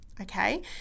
Okay